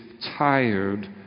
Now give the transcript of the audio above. tired